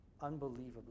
unbelievably